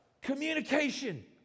communication